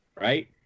Right